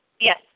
Yes